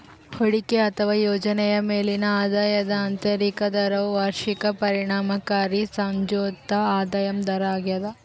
ಹೂಡಿಕೆ ಅಥವಾ ಯೋಜನೆಯ ಮೇಲಿನ ಆದಾಯದ ಆಂತರಿಕ ದರವು ವಾರ್ಷಿಕ ಪರಿಣಾಮಕಾರಿ ಸಂಯೋಜಿತ ಆದಾಯ ದರ ಆಗ್ಯದ